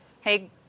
Hey